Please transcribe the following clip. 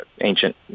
ancient